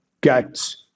get